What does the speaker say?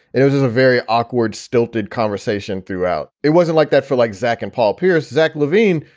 it was just a very awkward, stilted conversation throughout. it wasn't like that for like zach and paul pierce. zach levine,